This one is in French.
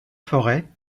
forêt